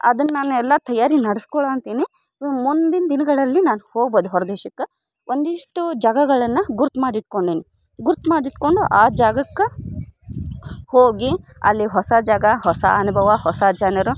ಅದನ್ನ ನಾನು ಎಲ್ಲ ತಯಾರಿ ನಡ್ಸ್ಕೊಳ್ಳೊ ಅಂತೀನಿ ಮುಂದಿನ ದಿನಗಳಲ್ಲಿ ನಾನು ಹೋಗ್ಬೋದು ಹೊರ ದೇಶಕ್ಕೆ ಒಂದಿಷ್ಟು ಜಾಗಗಳನ್ನ ಗುರ್ತು ಮಾಡಿ ಇಟ್ಕೊಂಡೀನಿ ಗುರ್ತು ಮಾಡಿಟ್ಕೊಂಡು ಆ ಜಾಗಕ್ಕೆ ಹೋಗಿ ಅಲ್ಲಿ ಹೊಸ ಜಾಗ ಹೊಸ ಅನುಭವ ಹೊಸ ಜನರು